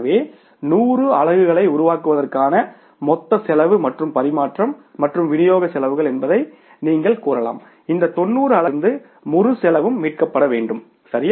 எனவே 100 அலகுகளை உருவாக்குவதற்கான மொத்த செலவு மற்றும் பரிமாற்றம் மற்றும் விநியோக செலவு என்ன என்பதை நீங்கள் கூறலாம் இந்த 90 அலகுகளிலிருந்து முழு செலவும் மீட்கப்பட வேண்டும் சரி